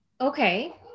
Okay